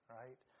right